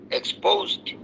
exposed